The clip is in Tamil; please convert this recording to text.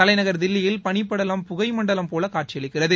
தலைநகர் தில்லியில் பனிப்படலம் புகை மண்டலம் போல காட்சியளிக்கிறது